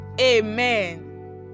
Amen